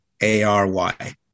A-R-Y